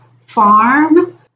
Farm